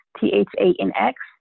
T-H-A-N-X